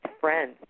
friends